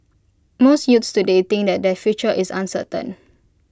most youths today think that their future is uncertain